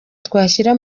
twashyira